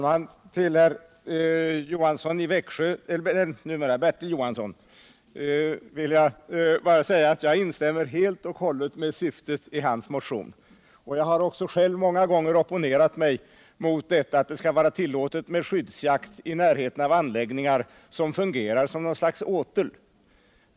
Herr talman! Till Bertil Johansson vill jag bara säga, att jag instämmer helt i syftet med hans motion. Jag har också själv många gånger opponerat mig emot att det skall vara tillåtet med skyddsjakt i närheten av anläggningar som fungerar som något slags åtel.